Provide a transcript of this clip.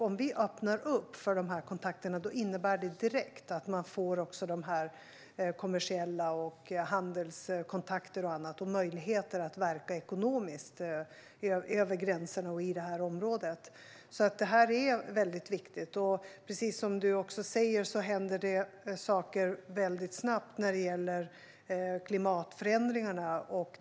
Om vi öppnar för dessa kontakter innebär det direkt att man också får kommersiella kontakter, handelskontakter och annat, liksom möjligheter att verka ekonomiskt över gränserna i området. Precis som du säger, Karin Enström, händer det saker väldigt snabbt när det gäller klimatförändringarna.